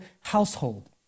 household